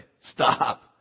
stop